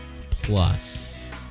plus